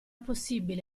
possibile